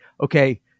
okay